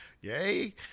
yay